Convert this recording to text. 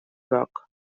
groc